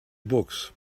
books